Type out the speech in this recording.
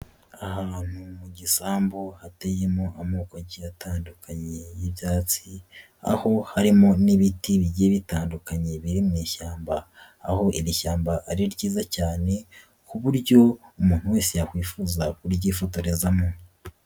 Ahantu mu gisambu hateyemo amoko atandukanye y'ibyatsi, aho harimo n'ibiti bijye bitandukanye biri mu ishyamba, aho iri shyamba ari ryiza cyane ku buryo umuntu wese yakwifuza kuryifotorezamo.